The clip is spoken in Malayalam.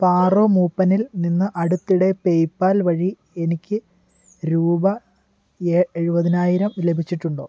പാറു മൂപ്പനിൽ നിന്ന് അടുത്തിടെ പേയ്പാൽ വഴി എനിക്ക് രൂപ എ എഴുപതിനായിരം ലഭിച്ചിട്ടുണ്ടോ